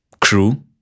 crew